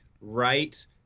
right